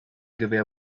gewehr